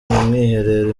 mwiherero